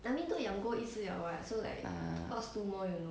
ah